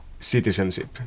Citizenship